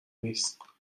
نیست